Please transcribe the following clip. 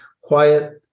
quiet